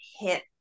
hit